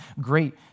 great